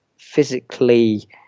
physically